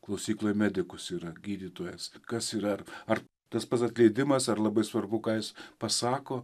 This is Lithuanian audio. klausykloj medikus yra gydytojas kas yra ar ar tas pats atleidimas ar labai svarbu ką jis pasako